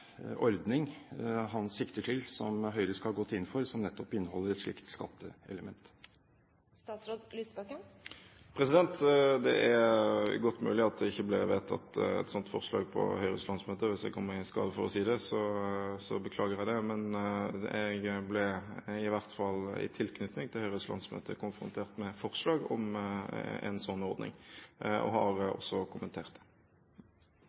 ordning han sikter til som Høyre skal ha gått inn for som nettopp inneholder et slikt skatteelement. Det er godt mulig at det ikke ble vedtatt et sånt forslag på Høyres landsmøte. Hvis jeg kom i skade for å si det, beklager jeg det. Men jeg ble i hvert fall i tilknytning til Høyres landsmøte konfrontert med forslag om en sånn ordning, og har også kommentert det.